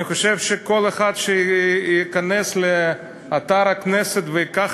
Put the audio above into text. אני חושב שכל אחד שייכנס לאתר הכנסת וייקח